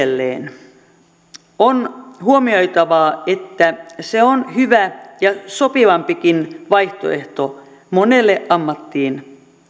edelleen on huomioitava että se on hyvä ja sopivampikin vaihtoehto monelle ammattiin